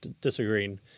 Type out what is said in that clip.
disagreeing